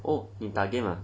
oh 你打 game lah